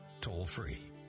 toll-free